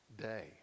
day